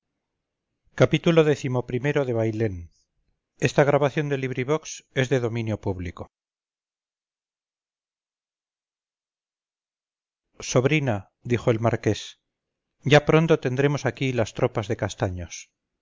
xxiv xxv xxvi xxvii xxviii xxix xxx xxxi xxxii bailén de benito pérez galdós sobrina dijo el marqués ya pronto tendremos aquí las tropas de castaños